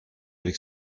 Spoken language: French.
avec